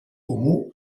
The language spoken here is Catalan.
comú